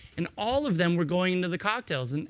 and all of them were going into the cocktails. and